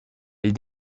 elle